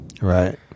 Right